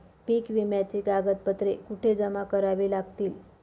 पीक विम्याची कागदपत्रे कुठे जमा करावी लागतील?